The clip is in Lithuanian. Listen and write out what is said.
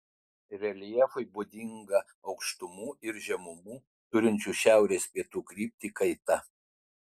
reljefui būdinga aukštumų ir žemumų turinčių šiaurės pietų kryptį kaita